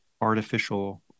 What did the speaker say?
artificial